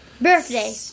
Birthday